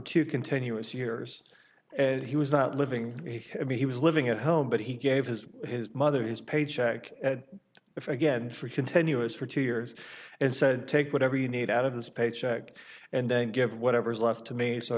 two continuous years and he was not living i mean he was living at home but he gave his his mother his paycheck if again for continuous for two years and said take whatever you need out of his paycheck and then give whatever's left to me so